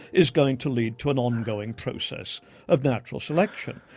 is going to lead to an ongoing process of natural selection.